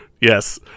Yes